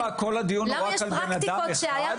אבל למה כל הדיון הוא רק על אדם אחד?